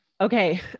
Okay